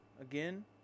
again